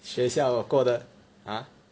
学校过得 !huh!